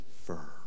firm